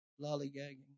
Lollygagging